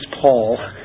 Paul